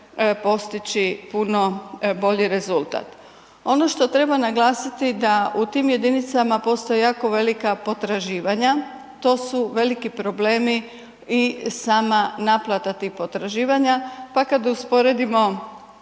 postići puno bolji rezultat. Ono što treba naglasiti da u tim jedinicama postoje jako velika potraživanja to su veliki problemi i sama naplata tih potraživanja, pa kad usporedimo